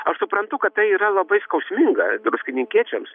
aš suprantu kad tai yra labai skausminga druskininkiečiams